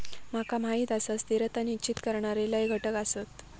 माका माहीत आसा, स्थिरता निश्चित करणारे लय घटक आसत